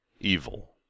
evil